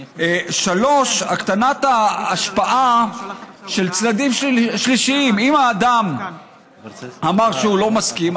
3. הקטנת ההשפעה של צדדים שלישיים: אם האדם אמר שהוא לא מסכים,